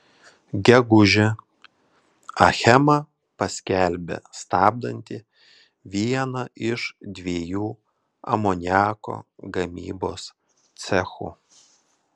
gegužę achema paskelbė stabdanti vieną iš dviejų amoniako gamybos cechų